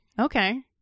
Okay